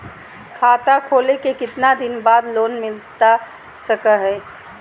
खाता खोले के कितना दिन बाद लोन मिलता सको है?